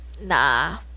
Nah